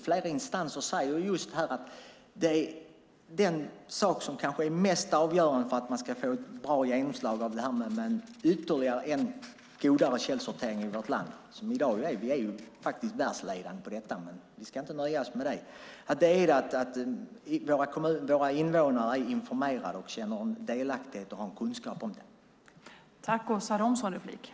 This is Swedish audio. Flera instanser säger att den sak som kanske är mest avgörande för att man ska få ett bra genomslag och en ännu bättre källsortering i vårt land - i dag är vi världsledande, men vi ska inte nöja oss med det - är att våra invånare är informerade, känner en delaktighet och har kunskap.